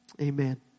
Amen